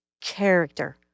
character